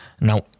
Now